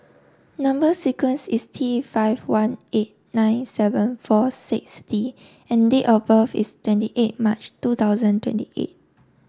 number sequence is T five one eight nine seven four six D and date of birth is twenty eight March two thousand twenty eight